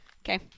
Okay